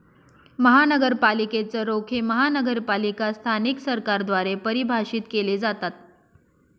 महानगरपालिकेच रोखे महानगरपालिका स्थानिक सरकारद्वारे परिभाषित केले जातात